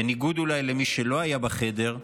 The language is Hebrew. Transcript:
בניגוד אולי למי שלא היה בחדר,